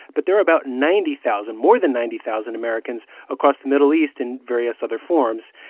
but there are about ninety thousand more than ninety thousand americans across the middle east in various other forms.